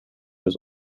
was